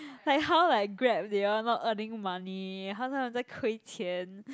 like how like Grab they all not earning money how 他们在亏欠